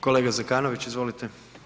Kolega Zekanović, izvolite.